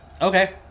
Okay